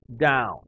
down